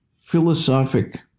philosophic